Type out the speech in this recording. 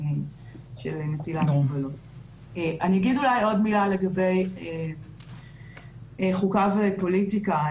של --- אני אגיד עוד מילה לגבי חוקה ופוליטיקה.